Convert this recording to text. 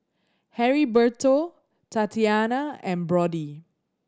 Heriberto Tatyana and Brody